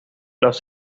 los